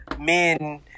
men